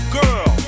girl